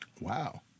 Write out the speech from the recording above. Wow